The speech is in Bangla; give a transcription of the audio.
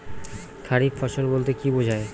খারিফ ফসল বলতে কী বোঝায়?